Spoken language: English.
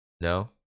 No